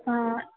ஆ